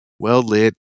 Well-lit